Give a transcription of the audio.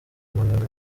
magana